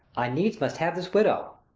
i needs must have this widow.